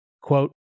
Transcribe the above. Quote